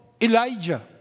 Elijah